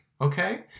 okay